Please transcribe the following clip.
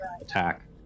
attack